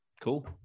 Cool